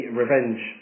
revenge